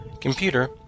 Computer